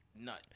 Nut